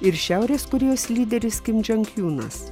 ir šiaurės korėjos lyderis kim čiong junas